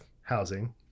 housing